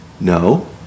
No